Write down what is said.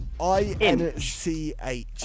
i-n-c-h